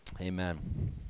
Amen